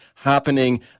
happening